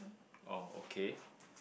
oh okay